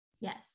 Yes